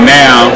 now